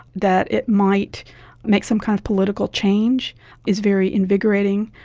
that it might make some kind of political change is very invigorating.